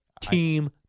team